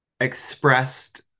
expressed